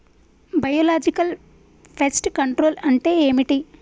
Biological pest control అంటే ఏమిటి?